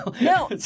No